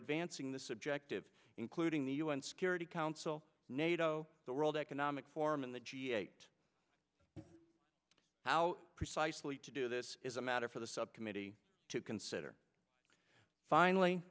advancing the subjective including the un security council nato the world economic forum in the g eight how precisely to do this is a matter for the subcommittee to consider finally